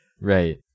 Right